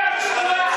את מדברת שטויות.